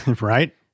Right